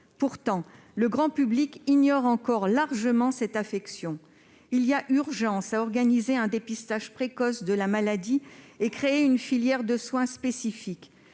Pourtant, le grand public ignore encore largement cette affection. Il y a urgence à organiser un dépistage précoce de la maladie et à créer une filière de soins spécifiques.